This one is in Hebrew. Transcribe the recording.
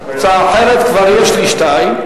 הצעה אחרת, כבר יש לי שתיים.